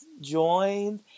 joined